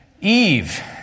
Eve